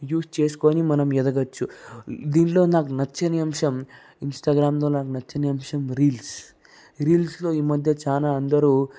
use చేసుకొని మనం ఎదగచ్చు దీంట్లో నాకు నచ్చని అంశం ఇంస్టాగ్రామ్లో నాకు నచ్చని అంశం రీల్స్ రీల్స్లో ఈ మధ్య చాలా అందరు